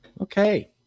Okay